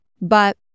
But-